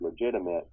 legitimate